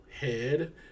head